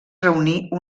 reunir